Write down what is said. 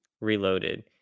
Reloaded